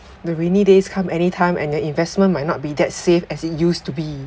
the rainy days come anytime and your investment might not be that safe as it used to be